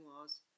laws